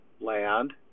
land